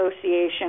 Association